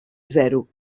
zero